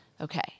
Okay